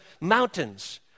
mountains